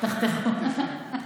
תחתכו.